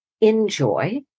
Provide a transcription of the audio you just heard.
enjoy